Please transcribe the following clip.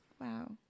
Wow